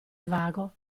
vago